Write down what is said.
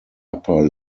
upper